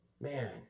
Man